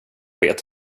vet